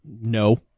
No